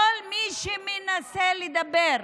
כל מי שמנסה לדבר,